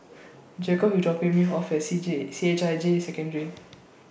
Jakobe IS dropping Me off At C J C H I J Secondary